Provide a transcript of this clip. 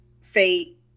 fate